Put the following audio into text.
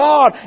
God